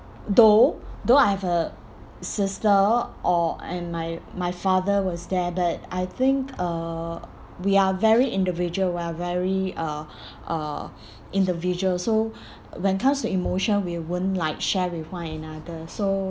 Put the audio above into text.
though though I have a sister or and my my father was there but I think uh we are very individual we are very uh uh individual so when comes to emotion we won't like share with one another so